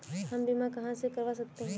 हम बीमा कहां से करवा सकते हैं?